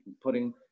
putting